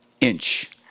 inch